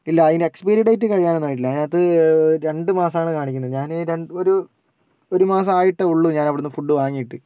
ഇല്ല അതിന്റെ expiry date കഴിയാനൊന്നും ആയിട്ടില്ല അതിനകത്ത് രണ്ട് മാസമാണ് കാണിക്കുന്നത് ഞാൻ ഒരു ഒരു മാസം ആയിട്ടേ ഉള്ളൂ ഞാനവിടെ നിന്ന് ഫുഡ് വാങ്ങിയിട്ട്